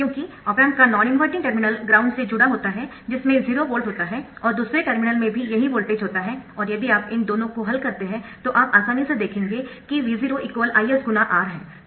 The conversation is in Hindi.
क्योंकि ऑप एम्प का नॉन इनवर्टिंग टर्मिनल ग्राउंड से जुड़ा होता है जिसमें 0 वोल्ट होता है और दूसरे टर्मिनल में भी यही वोल्टेज होता है और यदि आप इन दोनों को हल करते है तो आप आसानी से देखेंगे कि V0 Is× R है